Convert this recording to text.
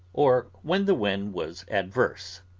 or when the wind was adverse.